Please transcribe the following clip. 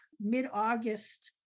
mid-August